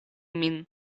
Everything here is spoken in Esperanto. min